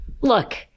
Look